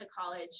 college